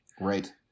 right